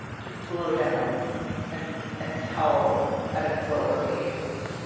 to slow down and and tell at a slower pace